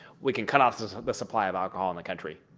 we can cut off the supply of alcohol in the country,